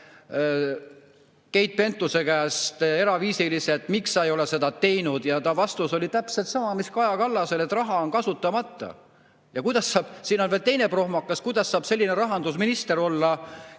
Keit Pentuse käest eraviisiliselt, miks ta ei ole seda teinud, ja ta vastus oli täpselt sama, mis Kaja Kallasel, et raha on kasutamata. Siin on veel teine prohmakas. Kuidas saab meil selline rahandusminister olla,